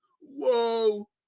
Whoa